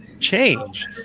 change